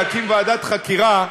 להקים ועדת חקירה,